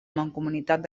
mancomunitat